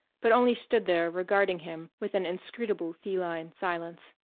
but only stood there regarding him with an inscrutable feline silence.